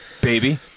Baby